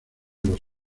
los